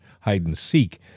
hide-and-seek